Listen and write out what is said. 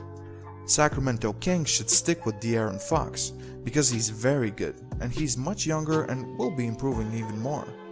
sacramento kings should stick with de' aaron fox because he's very good and he's much younger and will be improving even more.